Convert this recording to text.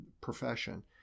profession